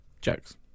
Jokes